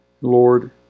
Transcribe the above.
Lord